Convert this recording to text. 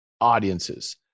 audiences